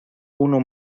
uno